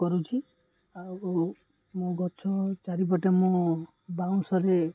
କରୁଛି ଆଉ ମୋ ଗଛ ଚାରିପଟେ ମୁଁ ବାଉଁଶରେ